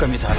कमी झाला